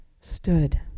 stood